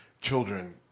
children